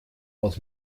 aus